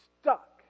stuck